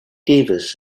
davis